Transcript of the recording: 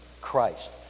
Christ